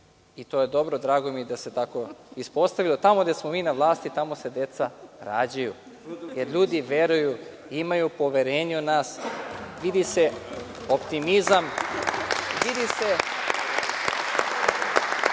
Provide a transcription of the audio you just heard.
To je dobro, drago mi je da se tako ispostavilo. Tamo gde smo mi na vlasti, tamo se deca rađaju. Jer, ljudi veruju, imaju poverenja u nas. Vidi se optimizam. Vidi se